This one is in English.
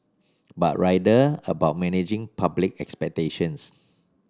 but rather about managing public expectations